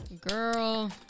girl